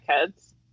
kids